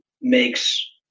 makes